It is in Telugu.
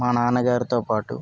మా నాన్నగారితోపాటు